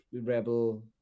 rebel